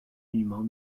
monuments